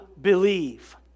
believe